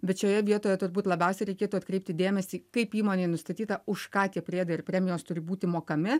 bet šioje vietoje turbūt labiausiai reikėtų atkreipti dėmesį kaip įmonėj nustatyta už ką tie priedai ir premijos turi būti mokami